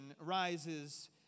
rises